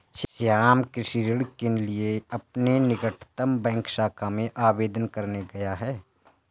श्याम कृषि ऋण के लिए अपने निकटतम बैंक शाखा में आवेदन करने गया है